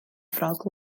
ffrog